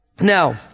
Now